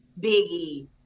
Biggie